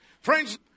Friends